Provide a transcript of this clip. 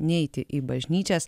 neiti į bažnyčias